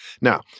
Now